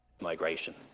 Migration